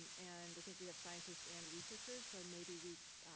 and i think we have scientists and researchers so maybe we.